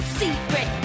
secret